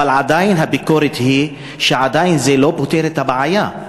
ועדיין הביקורת היא שעדיין זה לא פותר את הבעיה,